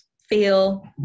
feel